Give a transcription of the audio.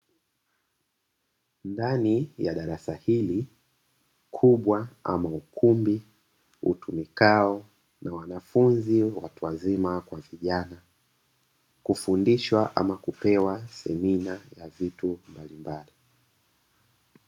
Ndani ya darasa hili kubwa ama ukumbi, utumikao na wanafunzi watu wazima kwa vijana kufundiswa ama kupewa semina ya vitu mbalimbali.